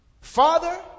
Father